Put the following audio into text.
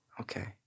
Okay